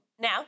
Now